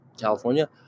California